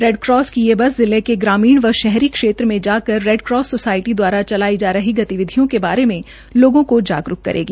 Red Cross की से बस जिले के ग्रामीण व शहरी क्षेत्र में जाकर रेडक्रास सोसायटी दवारा चलाई जा रही गतिविधियों के बारे में लोगों को जागरूक करेगी